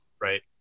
right